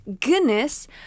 goodness